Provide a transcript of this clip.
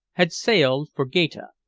had sailed for gaeta,